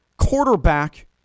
Quarterback